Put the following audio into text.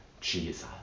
Jesus